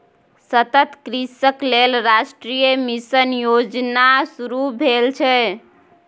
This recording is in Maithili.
सतत कृषिक लेल राष्ट्रीय मिशन योजना शुरू भेल छै